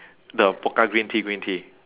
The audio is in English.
the pokka green tea green tea